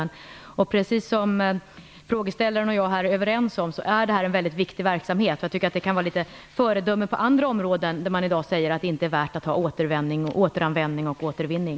Detta är en mycket viktig verksamhet. Det är frågeställaren och jag överens om. Jag tycker att detta kan vara ett föredöme för andra områden där man i dag säger att det inte är värt att ha återanvändning och återvinning.